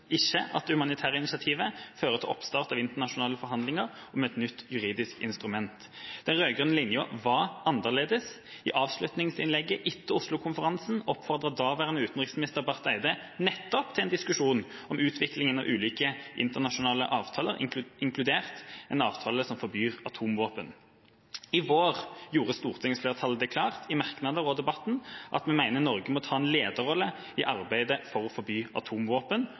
humanitære initiativet fører til oppstart av internasjonale forhandlinger om et nytt juridisk instrument. Den rød-grønne linja var annerledes. I avslutningsinnlegget etter Oslo-konferansen oppfordret daværende utenriksminister Barth Eide nettopp til en diskusjon om utviklinga av ulike internasjonale avtaler, inkludert en avtale som forbyr atomvåpen. I vår gjorde stortingsflertallet det klart i merknader og debatten at vi mener Norge må ta en lederrolle i arbeidet for å forby atomvåpen,